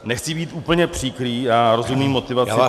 Nechci být úplně příkrý, já rozumím motivaci